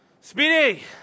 Speedy